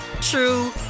true